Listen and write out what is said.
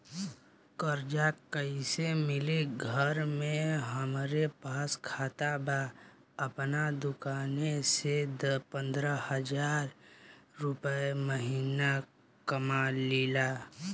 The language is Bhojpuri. कर्जा कैसे मिली घर में हमरे पास खाता बा आपन दुकानसे दस पंद्रह हज़ार रुपया महीना कमा लीला?